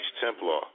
Templar